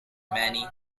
manny